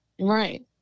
Right